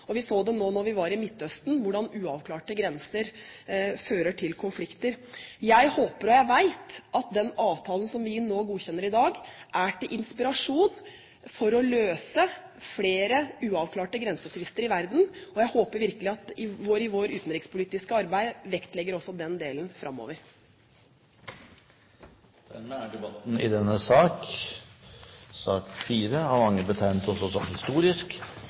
Midtøsten, hvordan uavklarte grenser fører til konflikter. Jeg håper, og jeg vet, at den avtalen som vi nå godkjenner i dag, er til inspirasjon for å få løst flere uavklarte grensetvister i verden, og jeg håper virkelig at vi i vårt utenrikspolitiske arbeid vektlegger også den delen framover. Dermed er debatten i denne sak, sak nr. 4, av mange også betegnet som historisk,